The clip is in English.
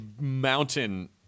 mountain